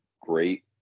great